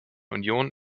union